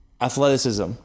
athleticism